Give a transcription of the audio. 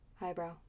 eyebrow